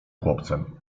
chłopcem